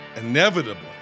inevitably